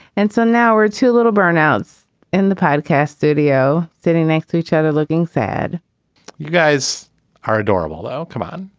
and so now our two little burnouts in the podcast studio sitting next to each other looking sad you guys are adorable, though. come on.